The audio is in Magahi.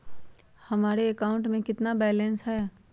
हमारे अकाउंट में कितना बैलेंस है?